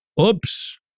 Oops